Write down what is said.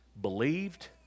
believed